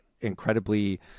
incredibly